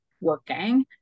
working